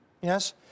yes